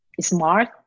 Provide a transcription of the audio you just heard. smart